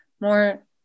more